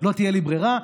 לא תהיה לי ברירה,